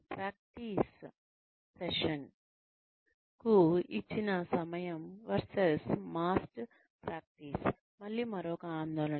practice session కు ఇచ్చిన సమయం Vs మాస్డ్ ప్రాక్టీస్ మళ్ళీ మరొక ఆందోళన